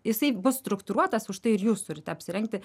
jisai bus struktūruotas už tai ir jūs turit apsirengti